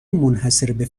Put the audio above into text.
منحصربه